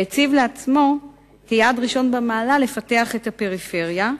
והציב לעצמו כיעד ראשון במעלה לפתח את הפריפריה,